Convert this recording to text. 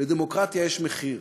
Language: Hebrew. לדמוקרטיה יש מחיר.